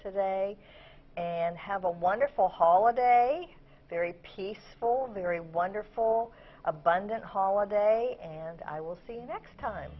today and have a wonderful holiday very peaceful very wonderful abundant holiday and i will see you next time